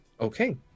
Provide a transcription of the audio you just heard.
Okay